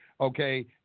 okay